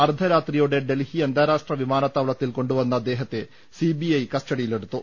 അർദ്ധരാത്രിയോടെ ഡൽഹി അന്താരാഷ്ട്ര വിമാനത്താവളത്തിൽ കൊണ്ടുവന്ന അദ്ദേഹത്തെ സി ബി ഐ കസ്റ്റഡിയിലെടുത്തു